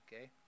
okay